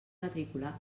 matrícula